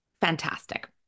fantastic